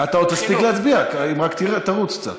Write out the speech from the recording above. אתה עוד תספיק להצביע, אם רק תרוץ קצת.